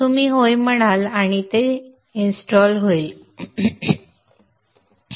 तुम्ही होय म्हणाल आणि ते स्थापित होईल